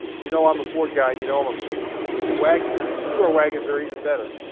you know i'm a ford guy, you know i'm a wagon guy and two door wagons are even better.